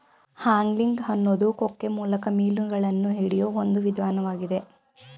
angling ಅನ್ನೋದು ಕೊಕ್ಕೆ ಮೂಲಕ ಮೀನುಗಳನ್ನ ಹಿಡಿಯೋ ಒಂದ್ ವಿಧಾನ್ವಾಗಿದೆ